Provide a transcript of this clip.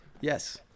yes